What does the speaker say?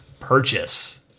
purchase